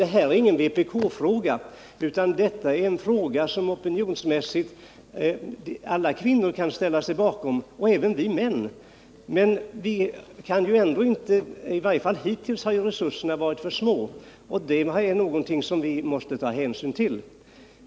Det här är ingen vpk-fråga, utan det är en fråga som alla kvinnor opinionsmässigt kan ställa sig bakom, och det kan även vi män göra. I varje fall hittills har resurserna emellertid varit för små, och det är ju skäl som vi måste ta hänsyn till.